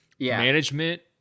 management